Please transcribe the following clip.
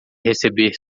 receber